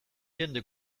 jende